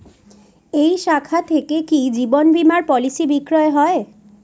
এই শাখা থেকে কি জীবন বীমার পলিসি বিক্রয় হয়?